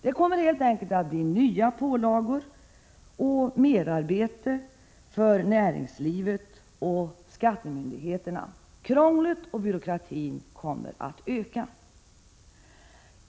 Det kommer helt enkelt att bli nya pålagor och merarbete för näringslivet och skattemyndigheterna. Krånglet och byråkratin kommer att öka.